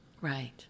right